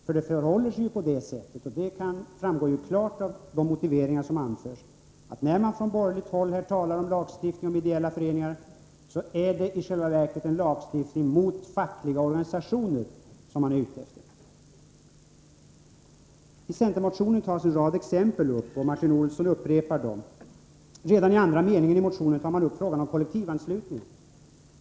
För det förhåller sig på det sättet — det framgår klart av de motiveringar som anförs — att när man från borgerligt håll talar om lagstiftning om ideella föreningar är det i själva verket en lagstiftning mot fackliga organisationer som man är ute efter. I centermotionen tas en rad exempel upp, och Martin Olsson upprepar dem. Redan i andra meningen i motionen tar man upp frågan om kollektivanslutningen.